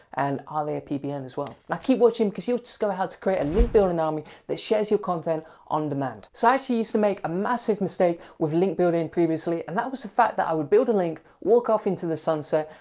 and are they a ppn as well? now keep watching cause you'll discover how to create a link building army that shares your content on demand. so i actually used to make a massive mistake with link building previously, and that was the fact that i would build a link, walk off into the sunset,